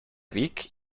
vic